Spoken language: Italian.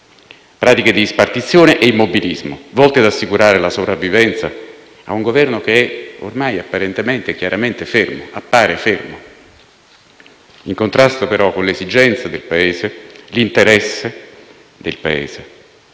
pratiche di spartizione e immobilismo, volte ad assicurare la sopravvivenza a un Governo che ormai appare chiaramente fermo, in contrasto però con le esigenze e l'interesse del Paese,